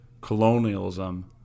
colonialism